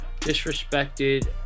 disrespected